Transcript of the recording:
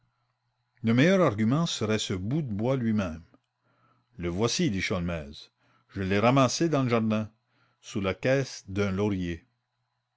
le meilleur argument serait ce bout de bois lui-même le voici dit sholmès je l'ai ramassé dans le jardin sous la caisse d'un laurier